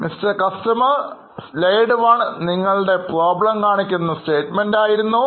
mister customer Slide1നിങ്ങളുടെ problem കാണിക്കുന്ന statement ആയിരുന്നു